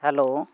hello